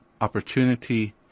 opportunity